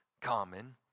common